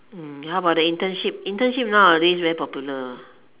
mm how about the internship internship nowadays very popular